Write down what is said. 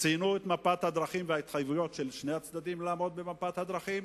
ציינו את מפת הדרכים ואת ההתחייבות של שני הצדדים לעמוד במפת הדרכים,